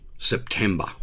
September